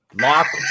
Lock